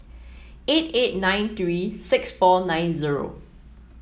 eight eight nine three six four nine zero